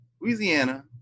louisiana